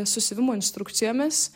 su siuvimo instrukcijomis